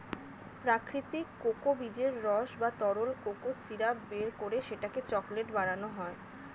প্রাকৃতিক কোকো বীজের রস বা তরল কোকো সিরাপ বের করে সেটাকে চকলেট বানানো হয়